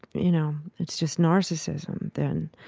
you know, it's just narcissism then.